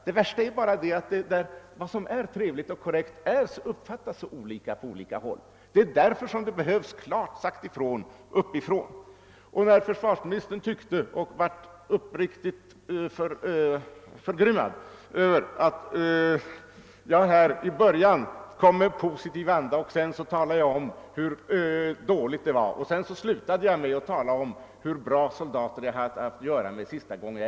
Det svåra är bara att veta hur man tolkar begreppet ett trevligt och korrekt uppträdande. Det behövs en bestämmelse uppifrån om det. Försvarsministern blev förgrymmad över att jag efter att ha börjat mitt förra anförande i positiv anda och därefter talat om hur illa ställt det var med de värnpliktigas upp trädande till sist beskrev vilka bra soldater jag haft att göra med senast jag var inkallad.